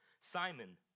Simon